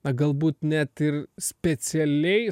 na galbūt net ir specialiai